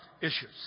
issues